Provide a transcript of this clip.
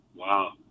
Wow